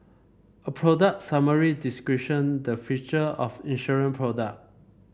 a product summary description the feature of an insurance product